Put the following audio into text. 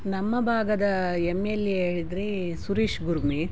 ನಮ್ಮ ಭಾಗದ M L A ಹೇಳಿದರೆ ಸುರೇಶ್ ಗುರ್ಮಿ